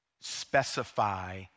specify